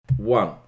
One